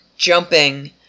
jumping